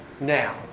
now